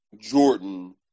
Jordan